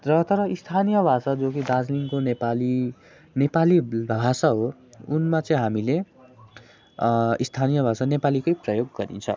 र तर स्थानीय भाषा जो कि दार्जिलिङको नेपाली नेपाली भाषा हो उनमा चाहिँ हामीले स्थानीय भाषा नेपालीकै प्रयोग गरिन्छ